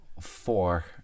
Four